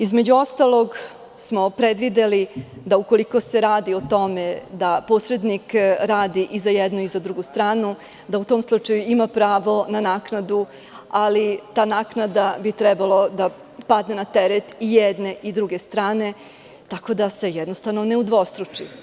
Između ostalog smo predvideli, da ukoliko se radi o tome da posrednik radi i za jednu i za drugu stranu, da u tom slučaju ima pravo na naknadu, ali ta naknada bi trebalo da padne na teret i jedne i druge strane, tako da se jednostavno ne udvostruči.